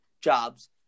jobs